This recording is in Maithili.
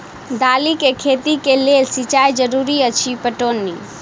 दालि केँ खेती केँ लेल सिंचाई जरूरी अछि पटौनी?